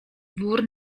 wór